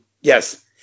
Yes